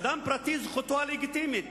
אדם פרטי, זכותו הלגיטימית